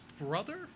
brother